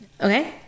Okay